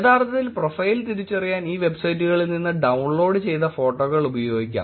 യഥാർത്ഥത്തിൽ പ്രൊഫൈൽ തിരിച്ചറിയാൻ ഈ വെബ്സൈറ്റുകളിൽ നിന്ന് ഡൌൺലോഡ് ചെയ്ത ഫോട്ടോകൾ ഉപയോഗിക്കാം